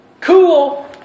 cool